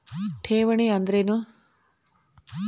ಠೇವಣಿ ಅಂದ್ರೇನು?